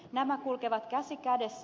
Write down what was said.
nämä kulkevat käsi kädessä